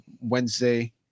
Wednesday